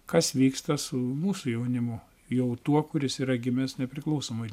kas vyksta su mūsų jaunimu jau tuo kuris yra gimęs nepriklausomoj